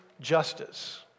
justice